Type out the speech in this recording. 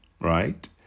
right